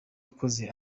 ikoze